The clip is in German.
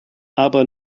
aber